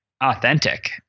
authentic